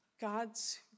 God's